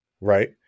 Right